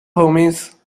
homies